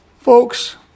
Folks